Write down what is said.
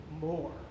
more